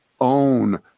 own